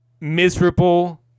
miserable